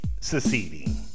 seceding